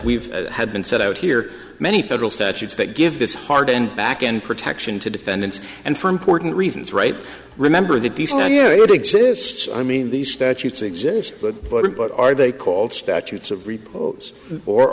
we've had been set out here many federal statutes that give this hard and back and protection to defendants and for important reasons right remember that these now you do exists i mean these statutes exist but but but are they called statutes of repose or